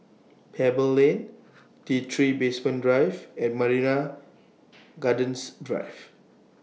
Pebble Lane T three Basement Drive and Marina Gardens Drive